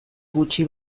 gutxi